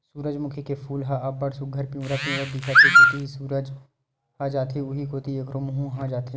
सूरजमूखी के फूल ह अब्ब्ड़ सुग्घर पिंवरा पिंवरा दिखत हे, जेती जेती सूरज ह जाथे उहीं कोती एखरो मूँह ह हो जाथे